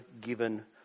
given